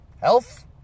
health